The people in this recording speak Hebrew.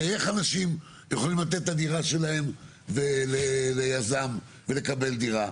הרי איך אנשים יכולים לתת את הדירה שלהם ליזם ולקבל דירה?